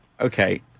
Okay